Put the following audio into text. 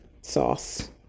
sauce